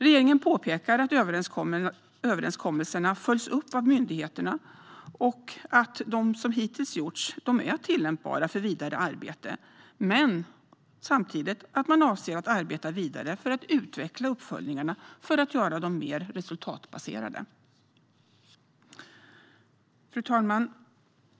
Regeringen påpekar att överenskommelserna följs upp av myndigheterna och att de som hittills gjorts är tillämpbara för vidare arbete. Men den säger samtidigt att man avser att arbeta vidare för att utveckla uppföljningarna för att göra dem mer resultatbaserade. Fru talman!